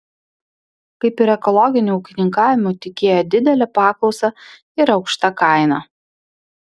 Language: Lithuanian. kaip ir ekologiniu ūkininkavimu tikėjo didele paklausa ir aukšta kaina